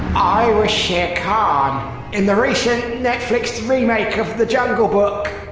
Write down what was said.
i was shere khan in the recent netflix remake of the jungle book.